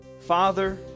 Father